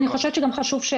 חיים,